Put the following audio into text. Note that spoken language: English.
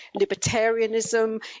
libertarianism